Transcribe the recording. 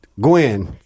Gwen